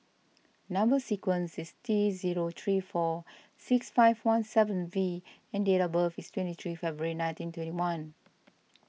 Number Sequence is T zero three four six five one seven V and date of birth is twenty three February nineteen twenty one